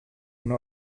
una